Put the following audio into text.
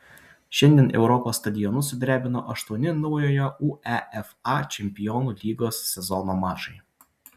šiandien europos stadionus sudrebino aštuoni naujojo uefa čempionų lygos sezono mačai